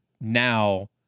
now